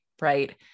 right